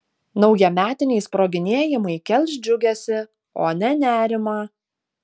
naujametiniai sproginėjimai kels džiugesį o ne nerimą